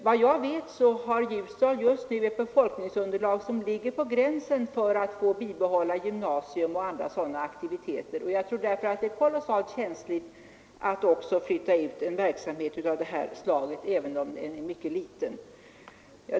Vad jag vet har Ljusdal nu ett befolkningsunderlag som ligger på gränsen till att man skall få bibehålla gymnasium och andra sådana aktiviteter, och jag tror därför att det är kolossalt känsligt att också flytta ut en verksamhet av det här slaget, även om den är mycket liten.